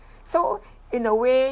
so in a way